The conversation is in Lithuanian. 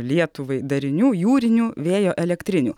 lietuvai darinių jūrinių vėjo elektrinių